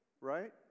right